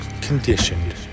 conditioned